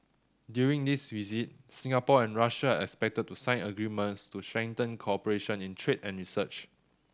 during this visit Singapore and Russia are expected to sign agreements to strengthen cooperation in trade and research